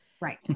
Right